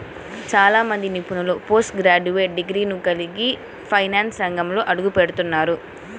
చాలా మంది నిపుణులు పోస్ట్ గ్రాడ్యుయేట్ డిగ్రీలను కలిగి ఫైనాన్స్ రంగంలోకి అడుగుపెడుతున్నారు